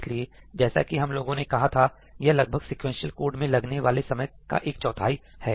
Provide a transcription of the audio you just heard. इसलिए जैसा कि हम लोगों ने कहा था यह लगभग सीक्वेंशियल कोड मे लगने वाले समय का एक चौथाई है